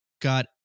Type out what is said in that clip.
got